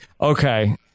Okay